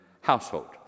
household